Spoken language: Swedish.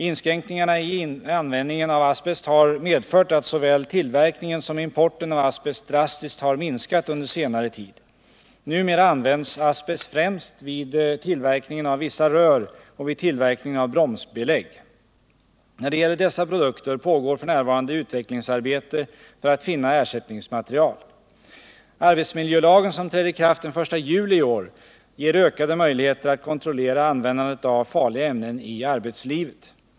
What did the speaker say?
Inskränkningarna i användningen av asbest har medfört att såväl tillverkningen som importen av asbest drastiskt har minskat under senare tid. Numera används asbest främst vid tillverkningen av vissa rör och vid tillverkningen av bromsbelägg. När det gäller dessa produkter pågår f. n. utvecklingsarbete för att finna ersättningsmaterial. Arbetsmiljölagen, som trädde i kraft den 1 juli i år, ger ökade möjligheter att kontrollera användandet av farliga ämnen i arbetslivet.